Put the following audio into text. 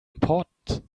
important